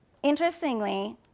Interestingly